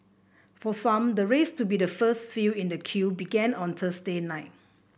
for some the race to be the first few in the queue began on Thursday night